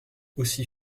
aussi